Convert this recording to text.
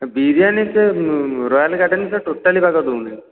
ବିରିୟାନୀ ସେ Royal Garden ସେ totally ଭାତ ଦେଉନାହିଁ